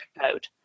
code